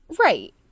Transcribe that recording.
right